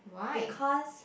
because